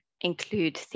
include